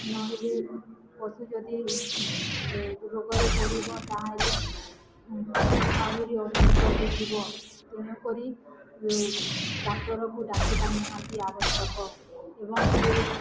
ନହେଲେ ପଶୁ ଯଦି ରୋଗରେ ପଡ଼ିବ ତାହେଲେ ଆହୁରି ଅସୁସ୍ଥ ହୋଇଯିବ ତେଣୁକରି ଡ଼ାକ୍ତରକୁ ଡ଼ାକିବା ନିହାତି ଆବଶ୍ୟକ ଏବଂ ସେ